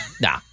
nah